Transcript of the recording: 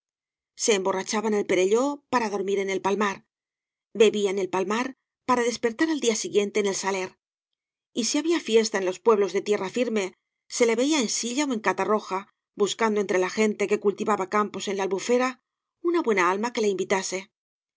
se emborrachaba en el perelló para dormir en el palmar bebía en el palmar para despertar al día siguiente en el saler y si había fiesta en los pueblos de tierra firme se le veía en silla ó en catarroja buscando entre la gente que cultivaba campos en la albufera una buena alma que le invitase